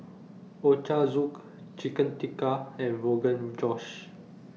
Ochazuke Chicken Tikka and Rogan Josh